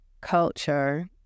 culture